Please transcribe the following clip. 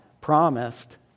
promised